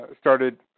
started